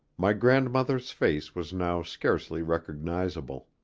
my grandmother's face was now scarcely recognizable.